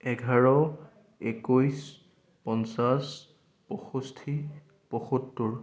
এঘাৰ একৈছ পঞ্চাছ পয়ষষ্ঠি পয়সত্তৰ